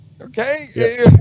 Okay